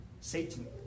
Satan